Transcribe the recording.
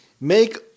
make